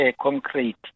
concrete